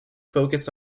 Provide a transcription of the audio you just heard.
focused